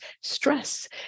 stress